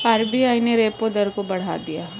RBI ने repo दर को बढ़ा दिया है